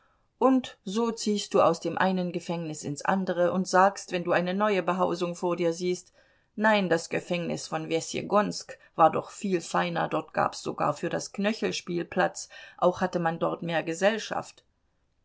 und so ziehst du aus dem einen gefängnis ins andere und sagst wenn du eine neue behausung vor dir siehst nein das gefängnis von wessjegonsk war doch viel feiner dort gab's sogar für das knöchelspiel platz auch hatte man dort mehr gesellschaft